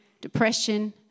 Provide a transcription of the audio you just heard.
depression